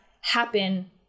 happen